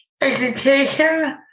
education